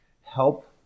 help